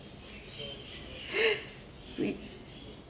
wait